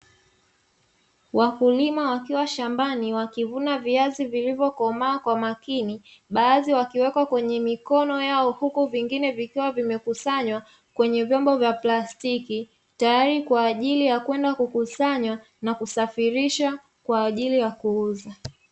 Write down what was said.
Wakulima wakiwa shambani wakivuna viazi vilivyo komaa kwa makini. Baadhi wakiweka kwenye mikono yao huku vingine vikiwa vimekusanywa kwenye vyombo vya plastiki tayari kwaajili ya kwenda kukusanywa na kusafirisha kwaajili ya kuuza .